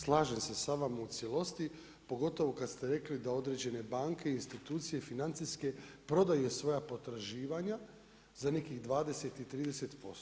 Slažem se s vama u cijelosti, pogotovo kad ste rekli da određene banke i institucije i financijske prodaje svoja potraživanja za nekih 20 i 30%